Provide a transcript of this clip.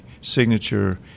signature